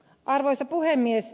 arvoisa puhemies